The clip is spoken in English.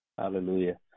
Hallelujah